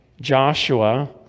Joshua